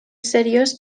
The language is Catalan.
seriós